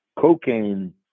cocaine